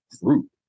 fruit